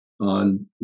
on